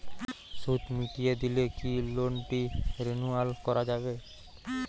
সুদ মিটিয়ে দিলে কি লোনটি রেনুয়াল করাযাবে?